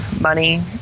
money